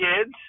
kids